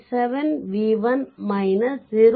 7v1 0